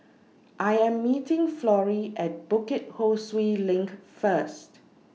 I Am meeting Florie At Bukit Ho Swee LINK First